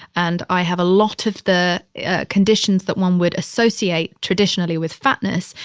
and i have a lot of the conditions that one would associate traditionally with fatness.